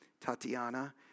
Tatiana